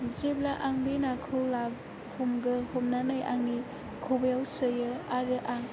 जेब्ला आं बे नाखौ हमनानै आंनि खबायाव सोयो आरो आं